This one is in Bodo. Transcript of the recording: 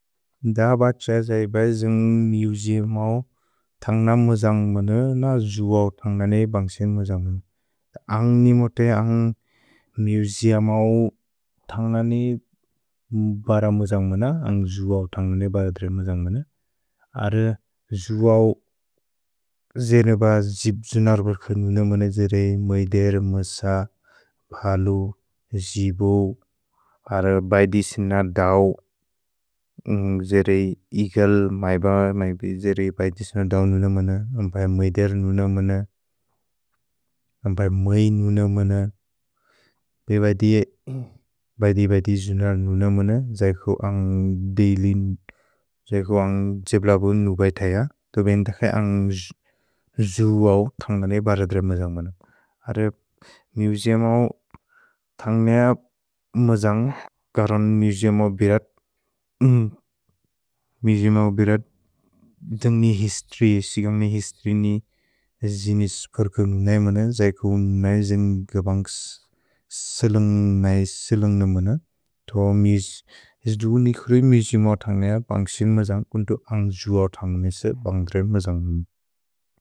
दब त्क्सज् जै बएज् न्ग् मिजिअमौ तन्ग्न मुजन्ग्मनु न जुअव् तन्ग्न ने बन्ग्सेन् मुजन्ग्मनु। अन्ग् निमोते अन्ग् मिजिअमौ तन्ग्न ने बर मुजन्ग्मनु न अन्ग् जुअव् तन्ग्न ने बद्रे मुजन्ग्मनु। अर क्सुउ, ज्ने ब जिब्त्सुनर् बक्स नुन मन ज्रे मैदेर्, मस, फ्लु, जिब्उ। अर बैदि सिन् द, ज्रे इकेल्, मैब, मैपि, ज्रे बैदि सिन् द नुन मन, अन्प्य मैदेर् नुन मन, अन्प्य मन् नुन मन। पे बैदि, बैदि बैदि सिन् द नुन मन, ज्इक्उ न्ग् द्इल्न्, ज्इक्उ न्ग् त्सेब्ल्पु नुब इथ्य, त् ब्न्तक्स्इ न्ग् ज्उ उ थ्न्गने बर्र द्र्प् मजन्ग् मन। अर, मिउज्मौ थ्न्गने उ मजन्ग्, क्रन् मिउज्मौ ब्रत्, मिउज्मौ ब्रत्, द्न्ग्नि हिस्त्र्, स्क्न्ग्नि हिस्त्र्नि ज्नि स्कर्कु न्इ मन, ज्इक्उ न्इ ज्न्ग बन्ग्स् स्लुन्ग्, न्इ स्लुन्ग् नुन मन। त् हिज्द्नि ख्रि मिउज्मौ थ्न्गने उ बन्ग्सिन् मजन्ग्, उन्तु न्ग् ज्उ उ थ्न्गने इस् बन्ग्द्र् मजन्ग्।